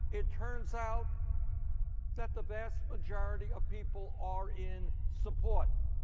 it turns out that the vast majority of people are in support.